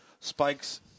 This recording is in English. Spikes –